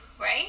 right